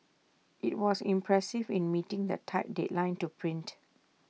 IT was impressive in meeting the tight deadline to print